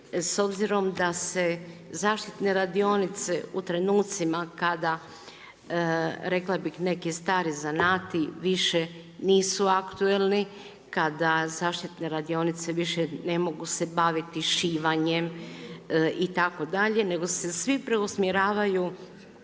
s obzirom da se zaštitne radionice u trenucima kada rekla bih neki stari zanati više nisu aktualni, kada zaštitne radionice više ne mogu se baviti šivanjem itd. nego se svi preusmjeravaju